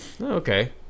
Okay